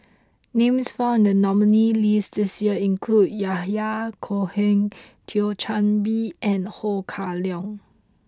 names found in the nominees' list this year include Yahya Cohen Thio Chan Bee and Ho Kah Leong